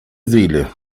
seele